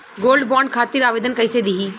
Gold bond खातिर आवेदन कैसे दिही?